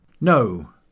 No